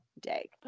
day